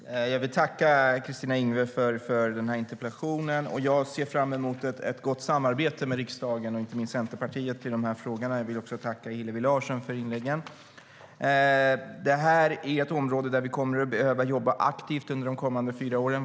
Fru talman! Jag vill tacka Kristina Yngwe för interpellationen. Jag ser fram emot ett gott samarbete med riksdagen, inte minst med Centerpartiet, i de här frågorna. Jag vill också tacka Hillevi Larsson för inläggen. Det här är ett område där vi kommer att behöva jobba aktivt under de kommande fyra åren.